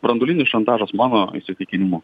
branduolinis šantažas mano įsitikinimu